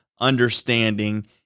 understanding